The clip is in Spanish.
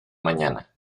mañana